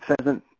pheasant